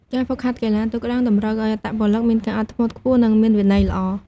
ការហ្វឹកហាត់កីឡាទូកក្ដោងតម្រូវឲ្យអត្តពលិកមានការអត់ធ្មត់ខ្ពស់ និងមានវិន័យល្អ។